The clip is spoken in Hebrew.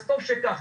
טוב שכך,